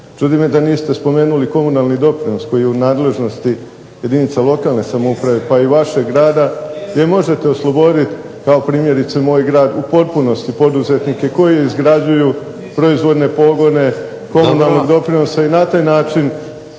Čudi me da niste spomenuli komunalni doprinos koji je u nadležnosti jedinica lokalne samouprave, pa i vašeg grada. Vi možete oslobodit kao primjerice moj grad u potpunosti poduzetnike koji izgrađuju proizvodne pogone, komunalnog doprinosa i na taj način